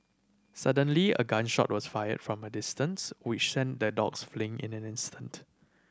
suddenly a gun shot was fired from a distance which sent the dogs fleeing in an instant